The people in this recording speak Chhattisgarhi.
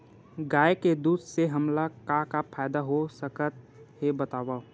गाय के दूध से हमला का का फ़ायदा हो सकत हे बतावव?